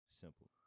Simple